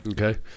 okay